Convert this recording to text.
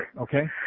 Okay